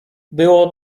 było